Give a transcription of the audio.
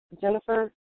Jennifer